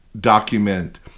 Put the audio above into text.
document